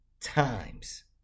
times